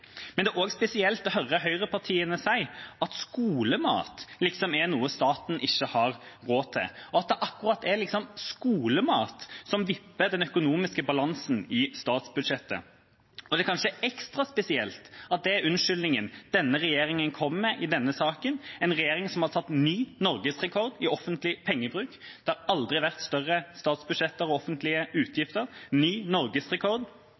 Det er også spesielt å høre høyrepartiene si at skolemat liksom er noe staten ikke har råd til, og at det er akkurat skolemat som vipper den økonomiske balansen i statsbudsjettet. Det er kanskje ekstra spesielt at det er unnskyldningen denne regjeringa kommer med i denne saken, en regjering som har satt ny norgesrekord i offentlig pengebruk – det har aldri vært større statsbudsjetter og offentlige